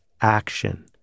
action